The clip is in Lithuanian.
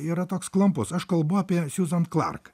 yra toks klampus aš kalbu apie siuzan klark